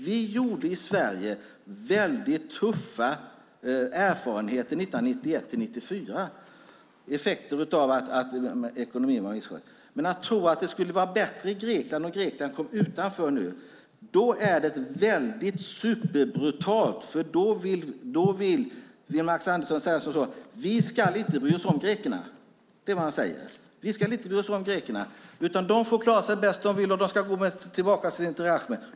Vi gjorde i Sverige tuffa erfarenheter 1991-1994. Det var effekter av att ekonomin var misskött. Om man tror att det skulle vara bättre i Grekland om Grekland kom utanför nu är det superbrutalt, för då säger Max Andersson att vi inte ska bry oss om grekerna. Det är vad han säger. De får klara sig bäst de vill, och de får gå tillbaka till sin drakma.